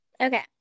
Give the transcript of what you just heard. Okay